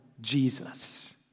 Jesus